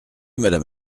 madame